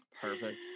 perfect